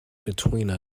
between